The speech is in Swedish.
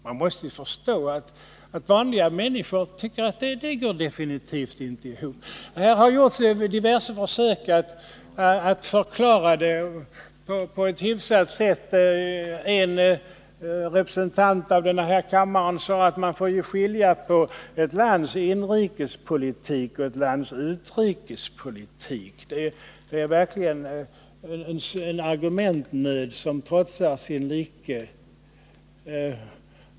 Man måste förstå att vanliga människor, skattebetalarna, tycker att detta inte går ihop. Diverse försök har i dag gjorts att förklara förhållandet på ett hyfsat sätt. En representant av denna kammare sade, att man får skilja mellan ett lands inrikespolitik och dess utrikespolitik. Det är verkligen en argumentnöd som trotsar all beskrivning.